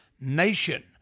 nation